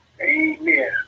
Amen